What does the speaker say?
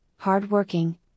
hard-working